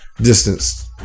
distance